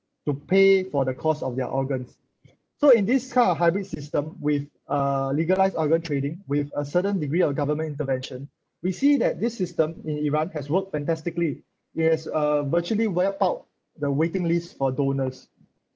to pay for the cost of their organs so in this kind of hybrid system with a legalise organ trading with a certain degree of government intervention we see that this system in iran has worked fantastically it has uh virtually wiped out the waiting list for donors